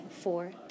four